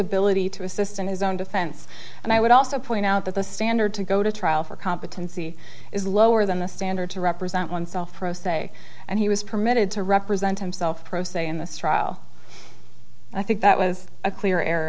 ability to assist in his own defense and i would also point out that the standard to go to trial for competency is lower than the standard to represent oneself pro se and he was permitted to represent himself pro se in this trial i think that was a clear